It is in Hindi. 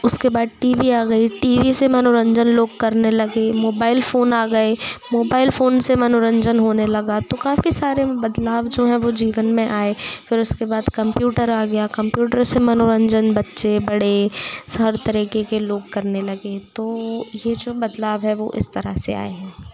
उसके बाद टी वी आ गई टी वी से मनोरंजन लोग करने लगे मोबाइल फ़ोन आ गए मोबाइल फ़ोन से मनोरंजन होने लगा तो काफ़ी सारे में बदलाव जो है वो जीवन में आए फिर उसके बाद कंप्यूटर आ गया कंप्यूटर से मनोरंजन बच्चे बड़े हर तरीक़े के लोग करने लगे तो ये जो बदलाव है वो इस तरह से आए हैं